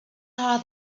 are